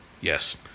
Yes